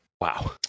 wow